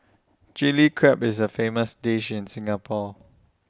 Chilli Crab is A famous dish in Singapore